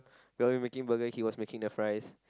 we were making burgers he was making the fries